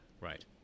Right